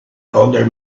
under